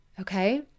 okay